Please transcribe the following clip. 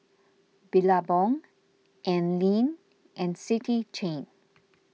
Billabong Anlene and City Chain